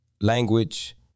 language